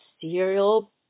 cereal